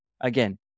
Again